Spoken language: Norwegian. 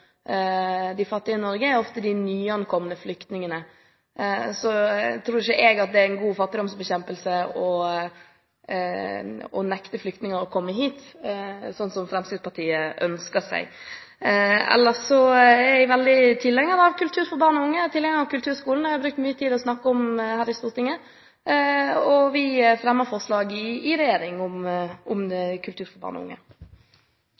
nyankomne flyktningene. Jeg tror ikke at det er god fattigdomsbekjempelse å nekte flyktninger å komme hit, slik som Fremskrittspartiet ønsker seg. Ellers er jeg veldig tilhenger av kultur for barn og unge, jeg er tilhenger av kulturskolen, som jeg har brukt mye tid på å snakke om her i Stortinget, og vi fremmer forslag i regjeringen om kultur for barn og unge.